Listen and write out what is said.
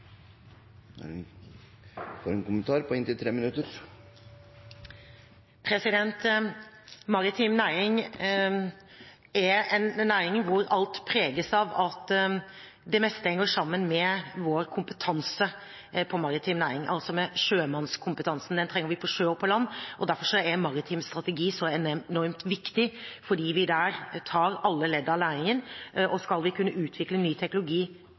Maritim næring er en næring hvor alt preges av at det meste henger sammen med vår kompetanse på maritim næring, altså sjømannskompetansen. Den trenger vi på sjø og på land. Derfor er maritim strategi så enormt viktig, fordi vi der tar alle ledd av læringen, og skal vi kunne utvikle ny teknologi